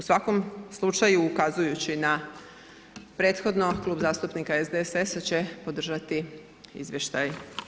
U svakom slučaju, ukazujući na prethodno Klub zastupnika SDSS-a će podržati Izvješće.